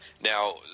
Now